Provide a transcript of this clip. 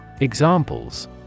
Examples